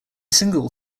single